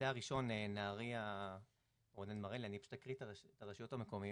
אקריא את הרשויות המקומיות: